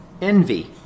envy